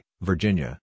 Virginia